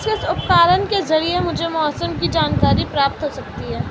किस किस उपकरण के ज़रिए मुझे मौसम की जानकारी प्राप्त हो सकती है?